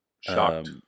shocked